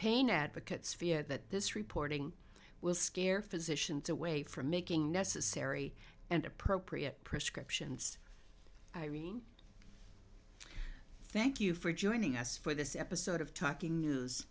pain advocates fear that this reporting will scare physicians away from making necessary and appropriate prescriptions i mean thank you for joining us for this episode of talking news